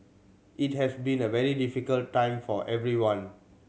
it has been a very difficult time for everyone